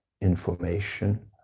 information